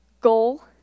goal